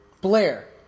blair